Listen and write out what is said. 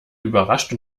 überrascht